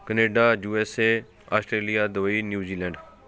Canada USA Australia Dubai New Zealand